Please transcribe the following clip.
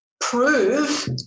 prove